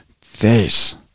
face